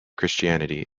christianity